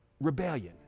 rebellion